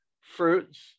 fruits